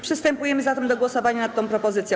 Przystępujemy zatem do głosowania nad tą propozycją.